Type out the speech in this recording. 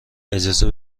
اجازه